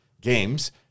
games